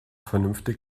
vernünftig